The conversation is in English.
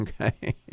okay